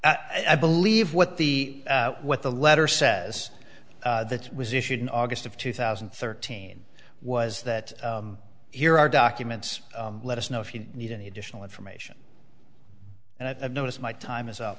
i believe what the what the letter says that was issued in august of two thousand and thirteen was that here are documents let us know if you need any additional information and i've noticed my time is up